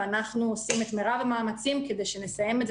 ואנחנו עושים מרב המאמצים כדי שנסיים את זה